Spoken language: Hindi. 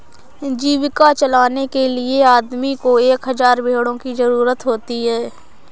जीविका चलाने के लिए आदमी को एक हज़ार भेड़ों की जरूरत होती है